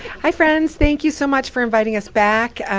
hi, friends, thank you so much for inviting us back.